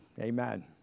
amen